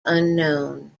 unknown